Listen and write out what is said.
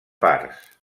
parts